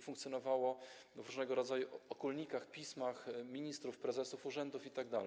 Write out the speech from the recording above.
funkcjonowało w różnego rodzaju okólnikach, pismach ministrów, prezesów urzędów itd.